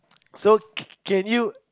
so can can you